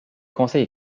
conseils